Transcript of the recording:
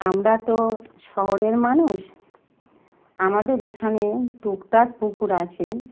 আমরা তো শহরের মানুষ আমাদের এখানে টুকটাক পুকুর আছে